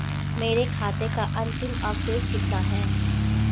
मेरे खाते का अंतिम अवशेष कितना है?